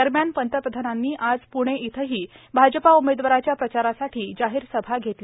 दरम्यान पंतप्रधानांनी आज पृणे इथही भाजपा उमेदवाराच्या प्रचारासाठी जाहीर सभा घेतली